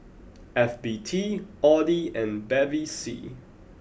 F B T Audi and Bevy C